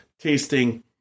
tasting